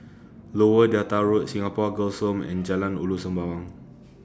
Lower Delta Road Singapore Girls' Home and Jalan Ulu Sembawang